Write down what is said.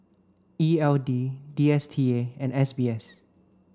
E L D D S T A and S B S